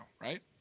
right